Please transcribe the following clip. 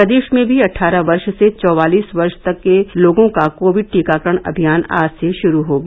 प्रदेश में भी अट्ठारह वर्ष से चौवालीस वर्ष तक के लोगों का कोविड टीकाकरण अभियान आज से शुरू हो गया